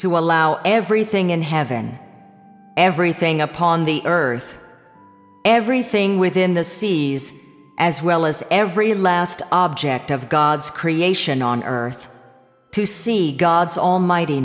to allow everything in heaven everything upon the earth everything within the seas as well as every last object of god's creation on earth to see god's almight